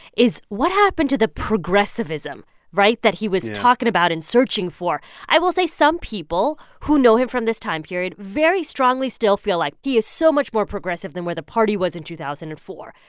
is what happened to the progressivism right? that he was talking about and searching for. i will say some people who know him from this time period very strongly still feel like he is so much more progressive than where the party was in two thousand and four.